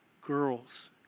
girls